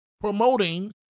promoting